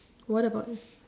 what about